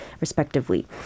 respectively